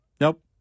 Nope